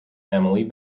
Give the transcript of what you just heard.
emily